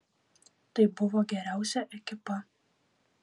tai buvo geriausia ekipa